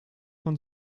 von